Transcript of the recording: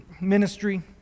ministry